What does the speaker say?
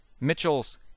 Mitchell's